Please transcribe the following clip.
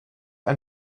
ein